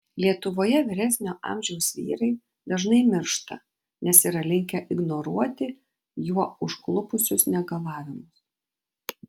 lietuvoje vyresnio amžiaus vyrai dažnai miršta nes yra linkę ignoruoti juo užklupusius negalavimus